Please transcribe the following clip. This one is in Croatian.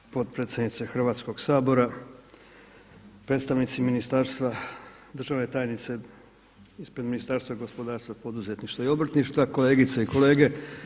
Zahvaljujem se potpredsjednice Hrvatskog sabora, predstavnici ministarstva, državna tajnice ispred Ministarstva gospodarstva, poduzetništva i obrtništva, kolegice i kolege.